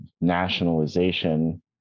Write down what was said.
nationalization